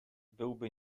byłby